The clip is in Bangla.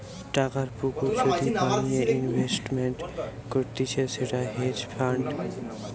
টাকার পুকুর যদি বানিয়ে ইনভেস্টমেন্ট করতিছে সেটা হেজ ফান্ড